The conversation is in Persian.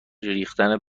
ریختن